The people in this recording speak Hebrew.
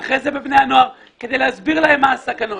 ואחרי זה אצל בני הנוער כדי להסביר להם מה הסכנות,